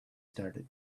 started